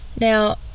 Now